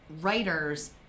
writers